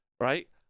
right